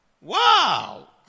Wow